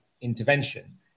intervention